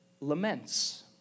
laments